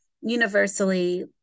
universally